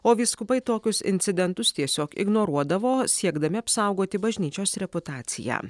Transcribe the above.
o vyskupai tokius incidentus tiesiog ignoruodavo siekdami apsaugoti bažnyčios reputaciją